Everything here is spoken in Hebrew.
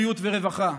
בריאות ורווחה.